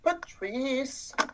Patrice